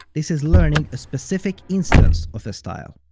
this is learning a specific instance of a style!